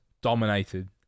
Dominated